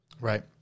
Right